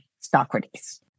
Socrates